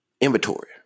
inventory